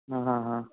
ആ ആ ആ